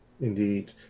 indeed